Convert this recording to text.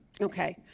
Okay